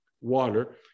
water